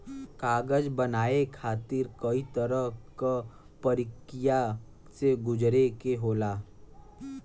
कागज बनाये खातिर कई तरह क परकिया से गुजरे के होला